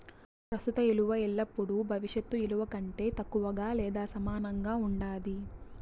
ప్రస్తుత ఇలువ ఎల్లపుడూ భవిష్యత్ ఇలువ కంటే తక్కువగా లేదా సమానంగా ఉండాది